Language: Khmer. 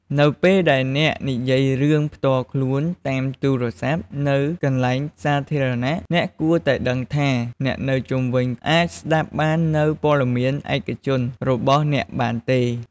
នៅពេលដែលអ្នកនិយាយរឿងផ្ទាល់ខ្លួនតាមទូរស័ព្ទនៅកន្លែងសាធារណៈ អ្នកគួរតែដឹងថា អ្នកនៅជុំវិញអាចស្ដាប់បាននូវព័ត៌មានឯកជនរបស់អ្នកបានទេ។